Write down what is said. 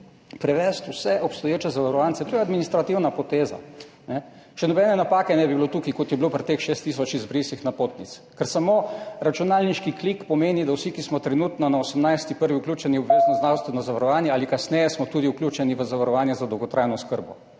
prevesti vse obstoječe zavarovance. To je administrativna poteza, nobene napake ne bi bilo tukaj, kot je bilo pri teh šest tisoč izbrisih napotnic. Samo računalniški klik pomeni, da vsi, ki smo od 18. 1. vključeni v obvezno zdravstveno zavarovanje, smo vključeni tudi v zavarovanje za dolgotrajno oskrbo.